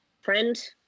friend